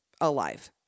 alive